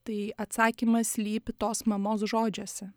tai atsakymas slypi tos mamos žodžiuose